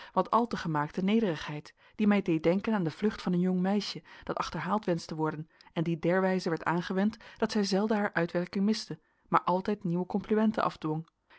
wat al te gemaakte nederigheid die mij deed denken aan de vlucht van een jong meisje dat achterhaald wenscht te worden en die derwijze werd aangewend dat zij zelden haar uitwerking miste maar altijd nieuwe complimenten afdwong